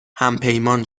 همپیمان